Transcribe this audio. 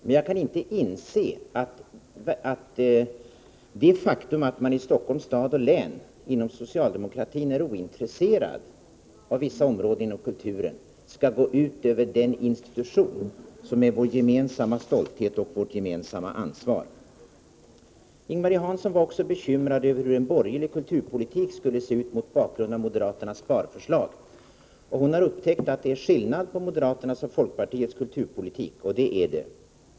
Men jag kan inte inse att det faktum att man inom socialdemokratin i Stockholms stad och län är ointresserad av vissa kulturområden skall gå ut över den institution som är vår gemensamma stolthet och för vilken vi har ett gemensamt ansvar. Ing-Marie Hansson var också, mot bakgrund av moderaternas sparförslag, bekymrad över hur en borgerlig kulturpolitik skulle se ut. Hon har upptäckt att det är skillnad på moderaternas och folkpartiets kulturpolitik — och det är det.